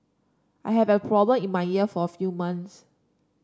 I have a problem in my ear for a few months